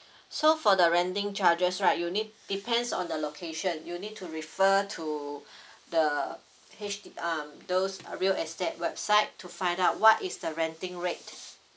so for the renting charges right you need depends on the location you need to refer to the H D um those uh real estate website to find out what is the renting rate